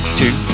two